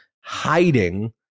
hiding